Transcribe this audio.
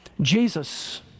Jesus